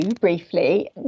briefly